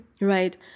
right